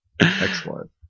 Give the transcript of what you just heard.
Excellent